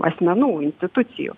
asmenų institucijų